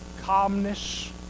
calmness